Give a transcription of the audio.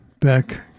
back